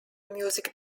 music